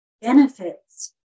benefits